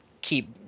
keep